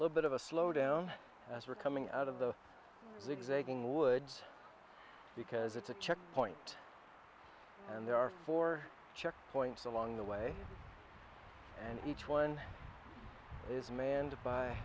little bit of a slow down as we're coming out of the zig zagging woods because it's a checkpoint and there are four checkpoints along the way and each one is man